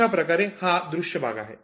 अशाप्रकारे हा दृश्य भाग आहे